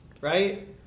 right